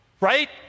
Right